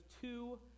two